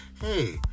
hey